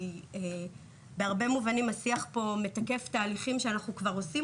כי בהרבה מובנים השיח פה מתקף תהליכים שאנחנו כבר עושים,